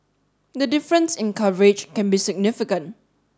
the difference in coverage can be significant